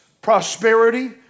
prosperity